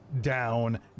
down